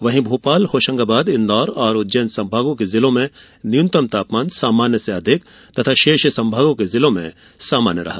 वहीं भोपाल होशंगाबाद इंदौर एवं उज्जैन संभागों के जिलों में सामान्य से अधिक तथा शेष संभागों के जिलों में सामान्य रहा